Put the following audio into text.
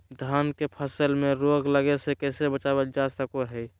धान के फसल में रोग लगे से कैसे बचाबल जा सको हय?